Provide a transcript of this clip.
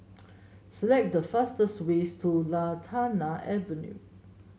select the fastest ways to Lantana Avenue